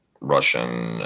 Russian